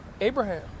Abraham